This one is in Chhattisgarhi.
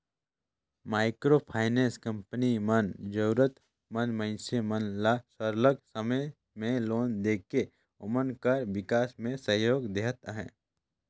माइक्रो फाइनेंस कंपनी मन जरूरत मंद मइनसे मन ल सरलग समे में लोन देके ओमन कर बिकास में सहयोग देहत अहे